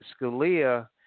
Scalia